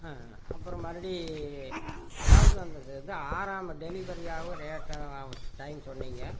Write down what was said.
ஆ அப்புறம் மறுபடி அதாவது அந்த இது ஆறாமல் டெலிவரி ஆக லேட்டாக ஆகும் டைம் சொன்னீங்கள்